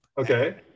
okay